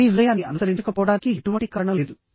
మీ హృదయాన్ని అనుసరించకపోవడానికి ఎటువంటి కారణం లేదు